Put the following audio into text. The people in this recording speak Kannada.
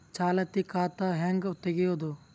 ಚಾಲತಿ ಖಾತಾ ಹೆಂಗ್ ತಗೆಯದು?